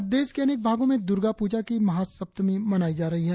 आज देश के अनेक भागों में दूर्गा पूजा की महासप्तमी मनाई जा रही है